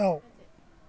दाउ